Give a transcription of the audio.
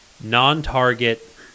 non-target